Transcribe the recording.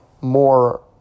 more